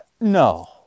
no